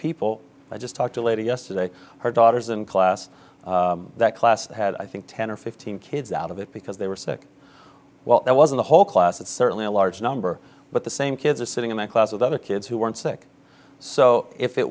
people i just talked to a lady yesterday her daughter's in class that class had i think ten or fifteen kids out of it because they were sick while there wasn't a whole class it's certainly a large number but the same kids are sitting in a class with other kids who weren't sick so if it